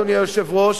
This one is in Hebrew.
אדוני היושב-ראש,